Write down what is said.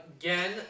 Again